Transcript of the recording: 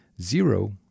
Zero